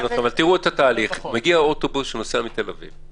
מגיע אוטובוס מתל אביב.